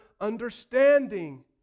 understanding